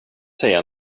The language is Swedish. säga